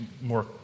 more